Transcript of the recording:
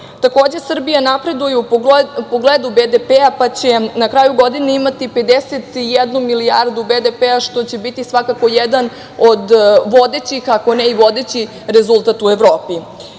Takođe, Srbija napreduje u pogledu BDP, pa će na kraju godine imati 51 milijardu BDP što će biti svakako jedan od vodećih, ako ne i vodeći rezultat u Evropi. Samo